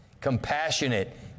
Compassionate